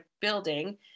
building